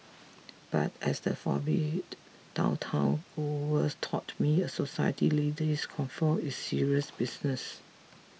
but as the down town was taught me a society lady's coiffure is serious business